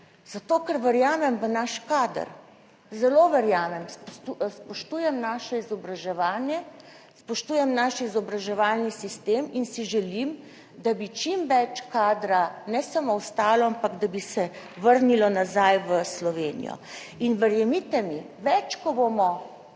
Zato, ker verjamem v naš kader, zelo verjamem, spoštujem naše izobraževanje, spoštujem naš izobraževalni sistem in si želim, da bi čim več kadra ne samo ostalo, ampak da bi se vrnilo nazaj v Slovenijo. In verjemite mi, več ko bomo